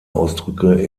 ausdrücke